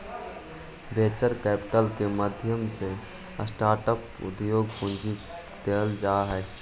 venture capital के माध्यम से स्टार्टअप उद्योग लगी पूंजी देल जा हई